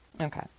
Okay